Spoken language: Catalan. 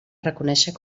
reconèixer